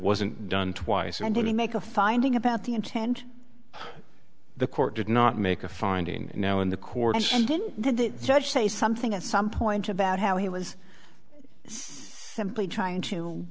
wasn't done twice and didn't make a finding about the intent the court did not make a finding now in the courts and then did the judge say something at some point about how he was simply trying to